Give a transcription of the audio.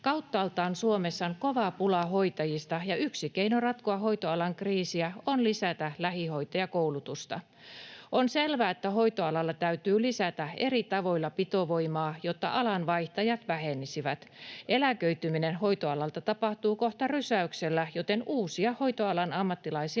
Kauttaaltaan Suomessa on kova pula hoitajista, ja yksi keino ratkoa hoitoalan kriisiä on lisätä lähihoitajakoulutusta. On selvää, että hoitoalalla täytyy lisätä eri tavoilla pitovoimaa, jotta alanvaihtajat vähenisivät. Eläköityminen hoitoalalta tapahtuu kohta rysäyksellä, joten uusia hoitoalan ammattilaisia